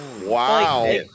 Wow